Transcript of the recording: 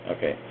Okay